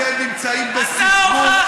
אתם נמצאים עכשיו בסחרור.